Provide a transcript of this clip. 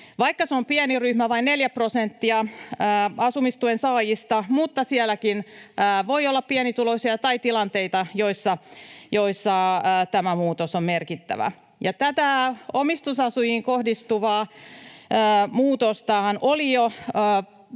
vaikka se on pieni ryhmä, vain neljä prosenttia asumistuen saajista, koska sielläkin voi olla pienituloisia tai tilanteita, joissa tämä muutos on merkittävä. Ja tätä omistusasujiin kohdistuvaa muutostahan oli jo